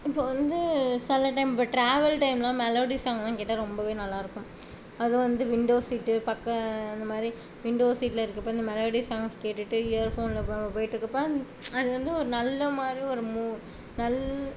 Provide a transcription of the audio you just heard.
இப்போ வந்து சில டைம் இப்ப ட்ராவல் டைம்லா மெலோடி சாங் தான் கேட்டா ரொம்பவே நல்லாயிருக்கும் அது வந்து விண்டோ சீட் பக்க இந்தமாதிரி விண்டோ சீட்லருக்கப்போ இந்த மெலோடி சாங்ஸ் கேட்டுட்டு இயர் ஃபோனில் போ நம்ப போய்கிட்ருக்கப்ப அது வந்து ஒரு நல்லமாதிரி ஒரு மூ நல்